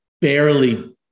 barely